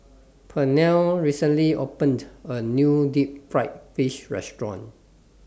Pernell recently opened A New Deep Fried Fish Restaurant